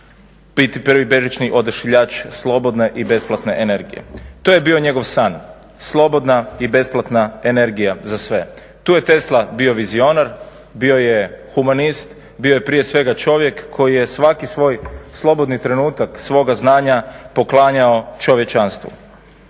biti bežični odašiljač slobodne i besplatne energije. To je bio njegov san, slobodna i besplatna energija za sve. Tu je Tesla bio vizionar, bio je humanist, bio je prije svega čovjek koji je svaki svoj slobodni trenutak svoga znanja poklanjao čovječanstvu.